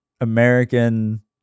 American